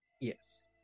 Yes